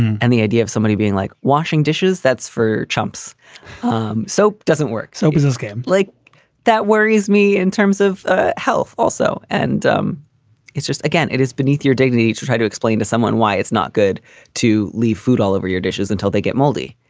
and the idea of somebody being like washing dishes, that's for chumps um soap doesn't work. so this game like that worries me in terms of ah health also. and um it's just again, it is beneath your dignity to try to explain to someone why it's not good to leave food all over your dishes until they get moldy.